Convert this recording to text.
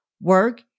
work